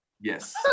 Yes